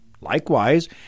Likewise